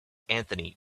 anthony